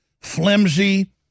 flimsy